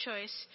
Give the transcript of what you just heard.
choice